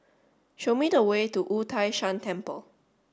show me the way to Wu Tai Shan Temple